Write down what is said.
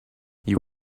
you